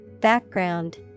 Background